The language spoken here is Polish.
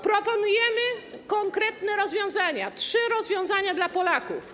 Proponujemy konkretne rozwiązania, trzy rozwiązania dla Polaków.